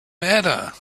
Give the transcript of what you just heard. matter